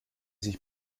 sich